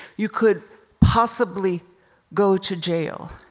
you could possibly go to jail.